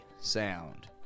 sound